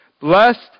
Blessed